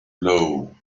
blow